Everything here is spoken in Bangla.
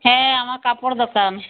হ্যাঁ আমার কাপড় দোকান